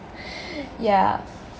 yah